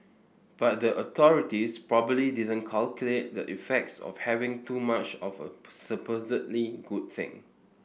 but the authorities probably didn't calculate the effects of having too much of a supposedly good thing